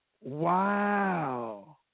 wow